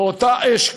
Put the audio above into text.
באותה אש.